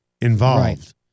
involved